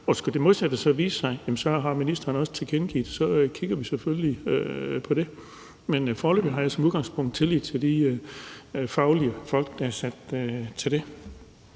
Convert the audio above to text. på. Skulle det modsatte vise sig, har ministeren også tilkendegivet, at så kigger vi selvfølgelig på det, men foreløbig har jeg som udgangspunkt tillid til de fagfolk, der tager sig af det.